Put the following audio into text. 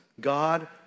God